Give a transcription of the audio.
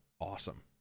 awesome